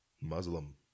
Muslim